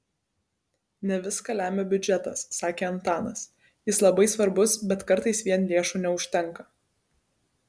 ne viską lemia biudžetas sakė antanas jis labai svarbus bet kartais vien lėšų neužtenka